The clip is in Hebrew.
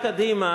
קדימה,